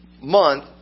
month